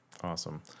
Awesome